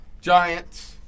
Giants